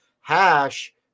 hash